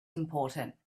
important